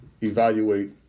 evaluate